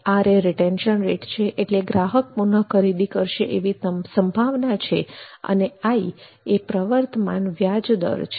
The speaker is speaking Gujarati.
આ r એ રીટેન્શન રેટ છે એટલે કે ગ્રાહક પુનઃખરીદી કરશે તેવી સંભાવના છે અને i એ પ્રવર્તમાન વ્યાજદર છે